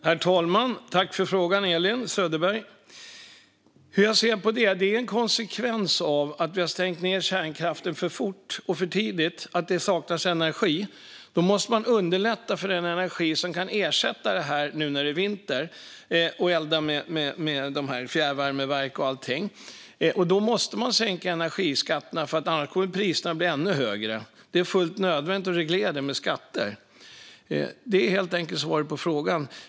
Herr talman! Tack för frågan, Elin Söderberg! Hur jag ser på det? Det är en konsekvens av att vi har stängt ned kärnkraften för fort och för tidigt och att det saknas energi. Då måste man underlätta för den energi som kan ersätta den nu när det är vinter genom att elda i fjärrvärmeverk och allting. Då måste man sänka energiskatterna, för annars kommer priserna att bli ännu högre. Det är helt nödvändigt att reglera det med skatter. Det är svaret på frågan.